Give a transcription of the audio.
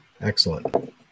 Excellent